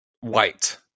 White